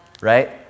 right